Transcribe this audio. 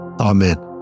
Amen